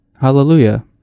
Hallelujah